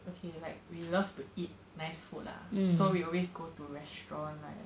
okay like we love to eat nice food lah so we always go to restaurant like